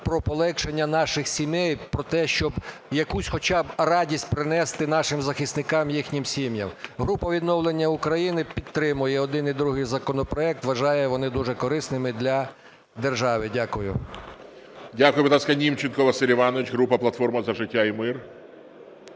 про полегшення наших сімей, про те, щоб якусь хоча б радість принести нашим захисникам і їхнім сім'ям. Група "Відновлення України" підтримує один і другий законопроект, вважає їх дуже корисними для держави. Дякую. ГОЛОВУЮЧИЙ. Дякую. Будь ласка, Німченко Василь Іванович, група "Платформа за життя та мир".